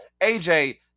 AJ